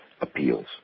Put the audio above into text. appeals